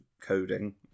coding